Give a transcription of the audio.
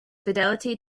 fidelity